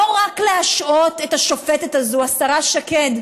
לא רק להשעות את השופטת הזו, השרה שקד.